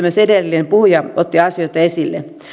myös edellinen puhuja otti asioita esille